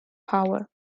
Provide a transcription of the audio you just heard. power